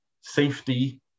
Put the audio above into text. safety